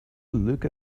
look